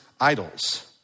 idols